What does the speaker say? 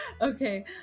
Okay